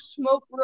smoke